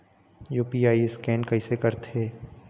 UPI scan कइसे करथे?